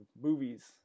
movies